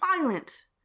violent